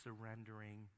surrendering